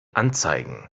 anzeigen